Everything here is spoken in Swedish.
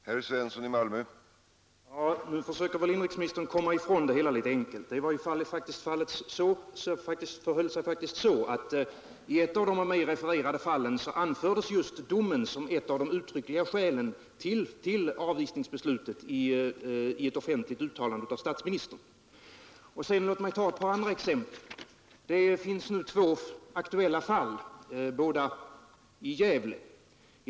Herr talman! Nu försöker väl inrikesministern komma ifrån det hela litet enkelt. Det förhöll sig faktiskt så, att i ett av de av mig refererade fallen anfördes just domen som ett av de uttryckliga skälen till avvisningsbeslutet i ett offentligt uttalande av statsministern. Låt mig sedan ta ett par andra exempel. Det finns två aktuella fall, båda i Gävle.